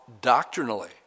doctrinally